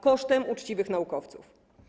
Kosztem uczciwych naukowców.